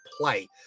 play